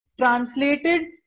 translated